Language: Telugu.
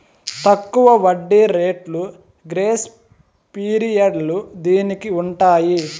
తక్కువ వడ్డీ రేట్లు గ్రేస్ పీరియడ్లు దీనికి ఉంటాయి